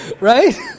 right